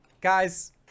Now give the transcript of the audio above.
Guys